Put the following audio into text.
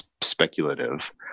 speculative